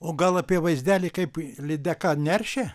o gal apie vaizdelį kaip lydeka neršia